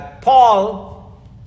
Paul